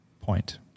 point